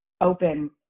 open